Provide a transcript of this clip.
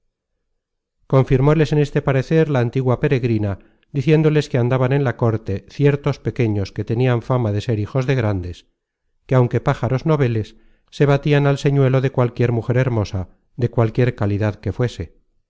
impidiese confirmóles en este parecer la antigua peregrina diciéndoles que andaban en la corte ciertos pequeños que tenian fama de ser hijos de grandes que aunque pájaros noveles se abatian al señuelo de cualquier mujer hermosa de cualquiera calidad que fuese